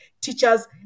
teachers